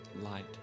light